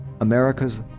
America's